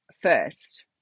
first